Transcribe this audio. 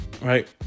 Right